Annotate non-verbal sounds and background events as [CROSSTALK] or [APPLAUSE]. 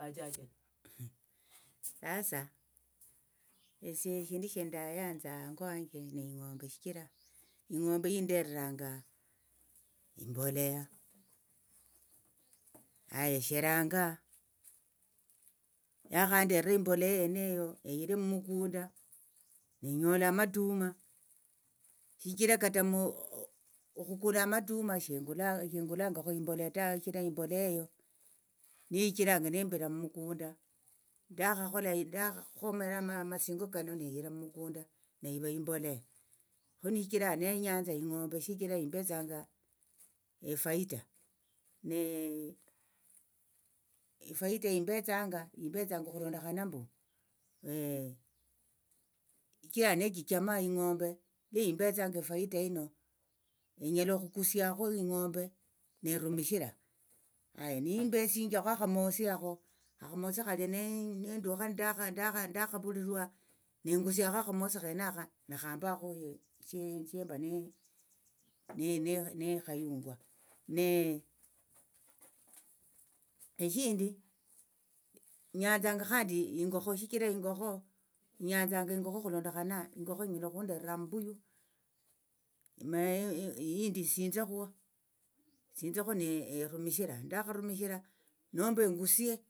[NOISE] sasa esie eshindu shendayanza hango wanje ne ing'ombe shichira ing'ombe yinderanga imboleya haya sheranga yakhandera imboleya yeneyo eyire mukunda nenyola amatuma shichira kata [HESITATION] okhukula amatuma shengulanga shengulangakho imboleya ta shichira imboleya eyo niyo ichiranga nembira mukunda ndakhakhola ndakhakhomera amasingo kano nehira mukunda neiva imboleya khonishichira neyanza shichira yimbetsanga efaita [HESITATION] efaita yayimbetsanga yimbetsanga okhulondokhana mbu [HESITATION] shichira nechichama ing'ombe liimbetsanga efaita yino enyala okhukusiakho ing'ombe nerumishira haya neimbesinjiakho akhamosi hakho akhamosi khalia [HESITATION] nendukha ndakha ndakha ndakhavulirwa nengusiakho akhamosi khenakho nakhambakho [HESITATION] shemba [HESITATION] nekhayungwa [HESITATION] eshindi nyanthanga khandi ingokho shichira ingokho nyanthanga ingokho khulondokhana ingokho inyala khundera ammbuyu ma [HESITATION] eyindi esinzekho sinzekho [HESITATION] nerumishira ndakharumishira nomba ingusie.